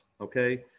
okay